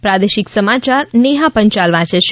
પ્રાદેશિક સમાયાર નેહા પંચાલ વાંચે છે